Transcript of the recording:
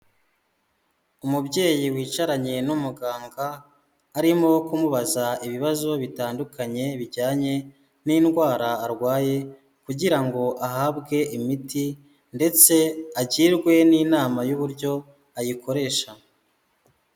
Umubyeyi wicaranye n'umuganga, arimo kumubaza ibibazo bitandukanye bijyanye n'indwara arwaye kugira ngo ahabwe imiti ndetse agirwe n'inama y'uburyo ayikoresha.